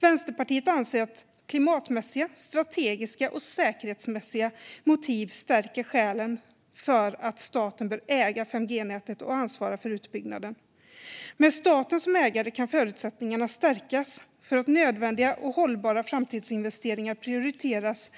Vänsterpartiet anser att klimatmässiga, strategiska och säkerhetsmässiga motiv stärker skälen för att staten bör äga 5G-nätet och ansvara för utbyggnaden. Med staten som ägare kan förutsättningarna stärkas för att nödvändiga och hållbara framtidsinvesteringar prioriteras